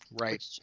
right